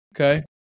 Okay